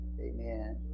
Amen